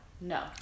No